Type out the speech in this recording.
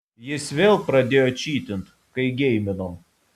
jis vėl pradėjo čytint kai geiminom